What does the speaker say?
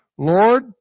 Lord